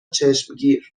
چشمگیر